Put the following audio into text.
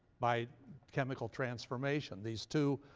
by chemical transformation these two